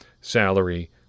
salary